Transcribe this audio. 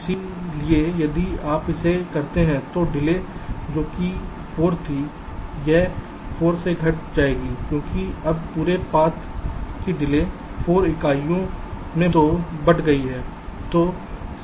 इसलिए यदि आप इसे करते हैं तो डिले जो कि 4 थी वह 4 से घट जाएगी क्योंकि अब पूरे पाथ की डिले 4 इकाइयों से बढ़ गई है